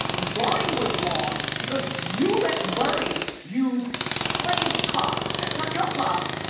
bernie was wrong because you let bernie use flav's clock, that's not your clock,